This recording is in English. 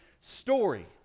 story